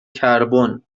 کربن